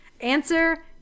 Answer